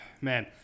Man